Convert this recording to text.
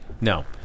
No